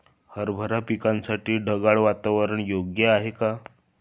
हरभरा पिकासाठी ढगाळ वातावरण योग्य आहे का?